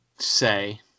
say